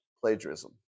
plagiarism